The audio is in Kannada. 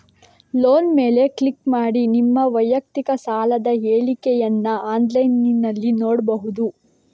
ಲೋನ್ ಮೇಲೆ ಕ್ಲಿಕ್ ಮಾಡಿ ನಿಮ್ಮ ವೈಯಕ್ತಿಕ ಸಾಲದ ಹೇಳಿಕೆಯನ್ನ ಆನ್ಲೈನಿನಲ್ಲಿ ನೋಡ್ಬಹುದು